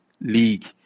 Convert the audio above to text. League